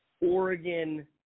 Oregon